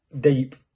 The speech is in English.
deep